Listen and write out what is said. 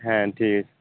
হ্যাঁ ঠিক আছে